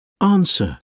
answer